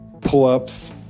pull-ups